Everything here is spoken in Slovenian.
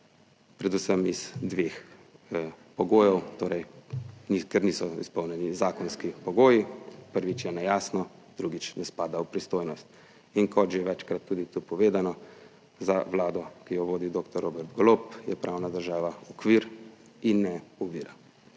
predvsem iz dveh pogojev, torej, ker niso izpolnjeni zakonski pogoji. Prvič je nejasno, drugič ne spada v pristojnost, in kot že večkrat tudi tu povedano, za Vlado, ki jo vodi doktor Robert Golob, je pravna država okvir in ne ovira.